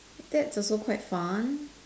that's also quite fun